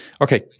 Okay